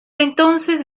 entonces